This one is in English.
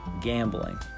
gambling